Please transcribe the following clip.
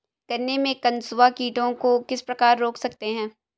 गन्ने में कंसुआ कीटों को किस प्रकार रोक सकते हैं?